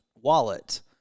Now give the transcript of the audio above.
wallet